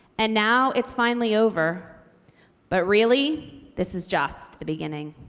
and now it's finally over but really this is just the beginning.